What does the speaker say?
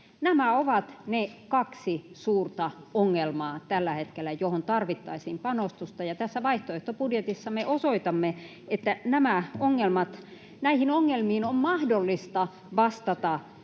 hetkellä ne kaksi suurta ongelmaa, joihin tarvittaisiin panostusta, ja tässä vaihtoehtobudjetissamme osoitamme, että näihin ongelmiin on mahdollista vastata